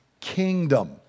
kingdom